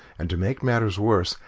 and, to make matters worse,